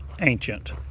ancient